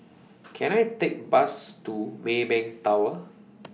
Can I Take Bus to Maybank Tower